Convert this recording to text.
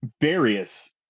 Various